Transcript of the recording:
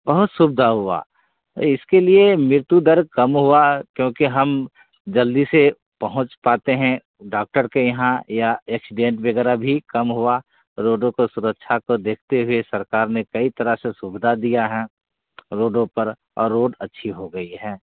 बहुत सुविधा हुई इसके लिए मृत्यु दर कम हुई क्योंकि हम जल्दी से पहुँच पाते हैं डॉक्टर के यहाँ या एक्सीडेन्ट वग़ैरह भी कम हुआ रोडों की सुरक्षा को देखते हुए सरकार ने कई तरह की सुविधा दी है रोडों पर और रोड अच्छी हो गई है